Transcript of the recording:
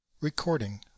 Recording